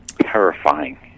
Terrifying